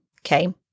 Okay